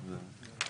זה פשוט שורה.